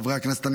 חברי הכנסת,